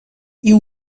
you